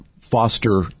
foster